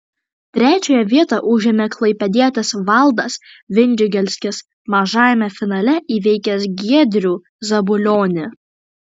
trečiąją vietą užėmė klaipėdietis valdas vindžigelskis mažajame finale įveikęs giedrių zabulionį